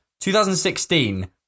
2016